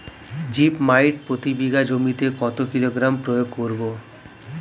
Zip মাইট প্রতি বিঘা জমিতে কত কিলোগ্রাম প্রয়োগ করব?